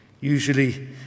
Usually